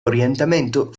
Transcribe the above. orientamento